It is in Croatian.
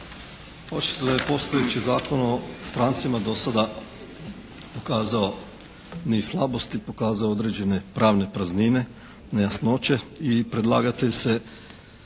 najave./… postojeći Zakon o strancima dosada pokazao niz slabosti, pokazao određene pravne praznine, nejasnoće i predlagatelj se